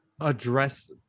address